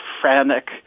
frantic